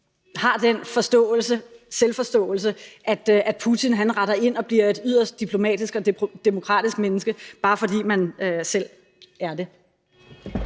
har den selvforståelse, at Putin retter ind og bliver et yderst diplomatisk og demokratisk menneske, bare fordi man selv er det.